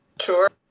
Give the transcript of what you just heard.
sure